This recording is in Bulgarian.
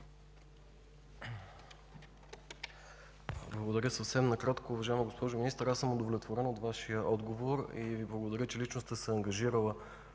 Благодаря. Съвсем накратко, уважаема госпожо Министър, аз съм удовлетворен от Вашия отговор и Ви благодаря, че лично сте се ангажирали